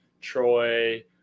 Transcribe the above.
Troy